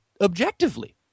objectively